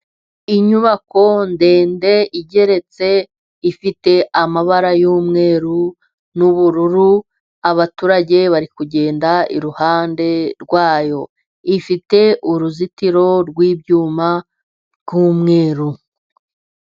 Inyubako ndende igeretse ifite amabara y'umweru n'ubururu, abaturage bari kugenda iruhande rwayo, ifite uruzitiro rw'ibyuma rw'umweru.